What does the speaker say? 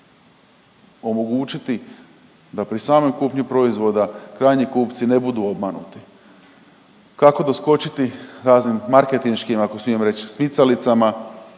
omogućiti da pri samoj kupnji proizvoda krajnji kupci ne budu obmanuti. Kako doskočiti raznim marketinškim, ako smijem reći smicalicama